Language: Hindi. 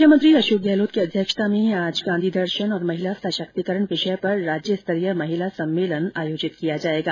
मुख्यमंत्री अशोक गहलोत की अध्यक्षता में आज गांधी दर्शन और महिला सशक्तिकरण विषय पर राज्य स्तरीय महिला सम्मेलन का आयोजन किया जायेगा